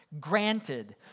Granted